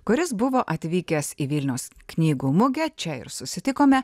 kuris buvo atvykęs į vilniaus knygų mugę čia ir susitikome